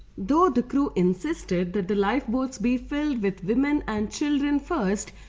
though the crew insisted that the lifeboats be filled with women and children first,